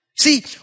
See